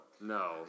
No